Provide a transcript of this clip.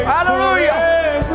Hallelujah